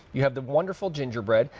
you have the wonderful gingerbread,